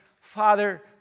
Father